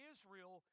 Israel